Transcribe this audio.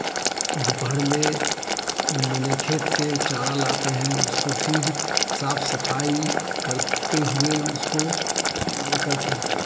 दुपहर में मने खेत से चारा लाते हैं उसको फिर साफ़ सफाई करते हुए उसको यह करते हैं